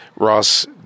Ross